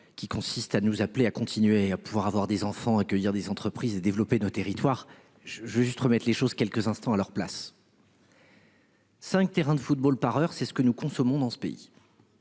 qui consiste à nous appeler à continuer à pouvoir avoir des enfants. Accueillir des entreprises, de développer nos territoires. Je veux juste remettre les choses quelques instants à leur place. Cinq terrains de football par heure. C'est ce que nous consommons dans ce pays.